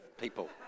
people